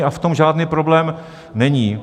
A v tom žádný problém není.